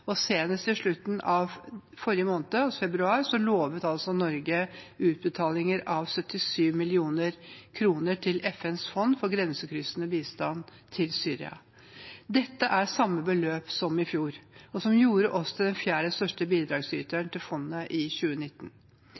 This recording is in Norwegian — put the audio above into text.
Senest i slutten av februar lovte Norge utbetaling av 77 mill. kr til FNs fond for grensekryssende bistand til Syria. Dette er det samme beløpet som i fjor, som gjorde oss til den fjerde største bidragsyteren til fondet i 2019.